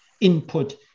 input